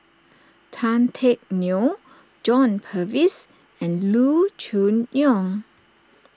Tan Teck Neo John Purvis and Loo Choon Yong